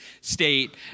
State